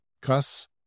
cuss